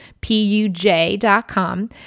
P-U-J.com